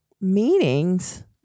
meetings